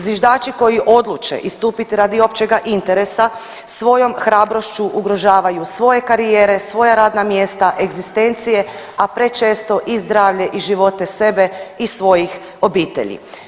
Zviždači koji odluče istupit radi općega interesa svojom hrabrošću ugrožavaju svoje karijere, svoja radna mjesta, egzistencije, a prečesto i zdravlje i živote sebe i svojih obitelji.